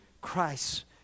Christ